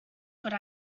good